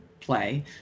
play